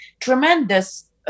tremendous